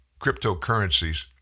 cryptocurrencies